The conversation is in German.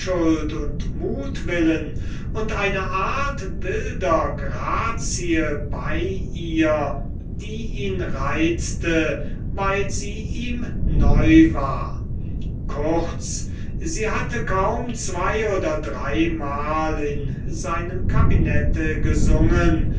und mutwillen und eine art wilder grazie bei ihr die ihn reizte weil sie ihm neu war kurz sie hatte kaum zwei oder dreimal in seinem cabinette gesungen